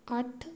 ਅੱਠ